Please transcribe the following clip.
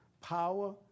power